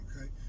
Okay